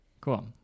Cool